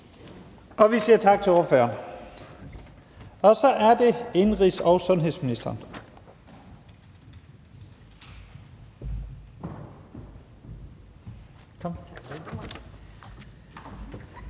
Vi siger tak til ordføreren. Og så er det indenrigs- og sundhedsministeren.